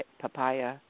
papaya